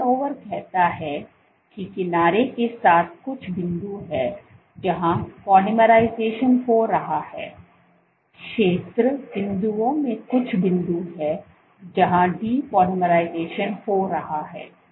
तो टर्नओवर कहता है कि किनारे के साथ कुछ बिंदु हैं जहां पोलीमराइजेशन हो रहा है शेष बिंदुओं में कुछ बिंदु हैं जहां डीपोलाइराइजेशन हो रहा है